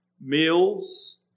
meals